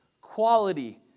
quality